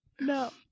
No